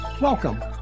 Welcome